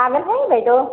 हागोनहाय बायद'